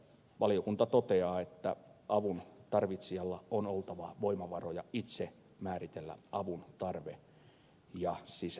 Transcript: valiokunta toteaa että avun tarvitsijalla on oltava voimavaroja itse määritellä avun tarve ja sisältö